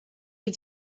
you